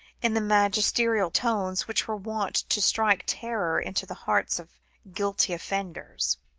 in the magisterial tones which were wont to strike terror into the hearts of guilty offenders.